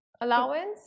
allowance